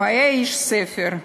הוא היה איש ספר,